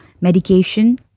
medication